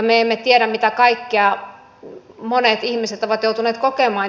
me emme tiedä mitä kaikkea monet ihmiset ovat joutuneet kokemaan